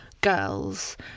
girls